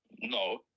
No